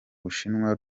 bushinwa